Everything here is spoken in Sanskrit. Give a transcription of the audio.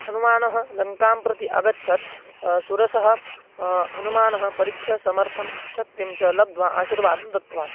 हनूमान् लङ्कां प्रति अगच्छत् सुरसः हनूमान् परीक्षासमर्थं शक्तिं च लब्ध्वा आशीर्वादं दत्तवान्